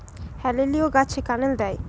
হেলিলিও গাছে ক্যানেল দেয়?